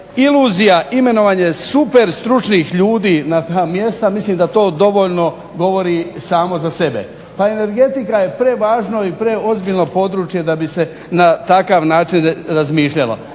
iluzija imenovanje super stručnih ljudi na ta mjesta mislim da to dovoljno govori samo za sebe. Pa energetika je prevažno i preozbiljno područje da bi se na takav način razmišljalo.